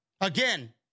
Again